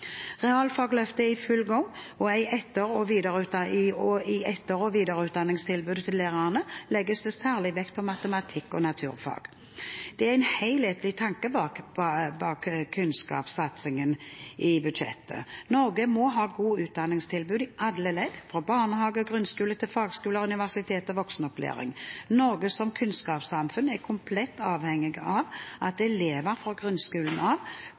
er i full gang, og i etter- og videreutdanningstilbudet til lærerne legges det særlig vekt på matematikk og naturfag. Det er en helhetlig tankegang bak kunnskapssatsingen i budsjettet. Norge må ha gode utdanningstilbud i alle ledd, fra barnehage og grunnskole til fagskoler, universiteter og voksenopplæring. Norge som kunnskapssamfunn er komplett avhengig av at elevene fra grunnskolen av